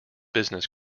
business